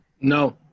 No